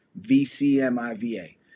VCMIVA